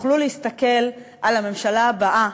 יוכלו להסתכל על הממשלה הבאה